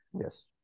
Yes